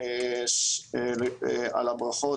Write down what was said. על הברכות,